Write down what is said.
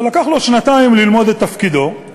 שלקח לו שנתיים ללמוד את תפקידו,